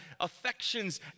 affections